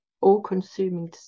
all-consuming